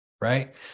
right